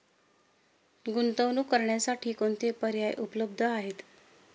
गुंतवणूक करण्यासाठी कोणते पर्याय उपलब्ध आहेत?